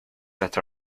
that